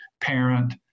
parent